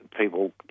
people